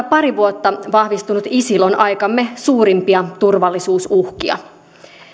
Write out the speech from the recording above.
pari vuotta vahvistunut isil on aikamme suurimpia turvallisuusuhkia